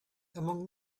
among